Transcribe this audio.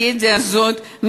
הטרגדיה הזאת,